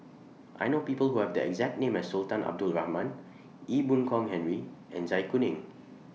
I know People Who Have The exact name as Sultan Abdul Rahman Ee Boon Kong Henry and Zai Kuning